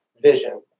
vision